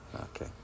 okay